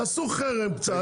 תעשו חרם קצת.